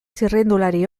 txirrindulari